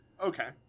Okay